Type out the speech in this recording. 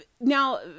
now